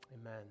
Amen